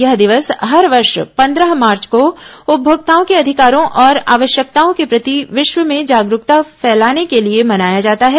यह दिवस हर वर्ष पन्द्रह मार्च को उपमोक्ताओं के अधिकारों और आवश्यकताओं के प्रति विश्व में जागरूकता फैलाने के लिए मनाया जाता है